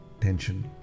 tension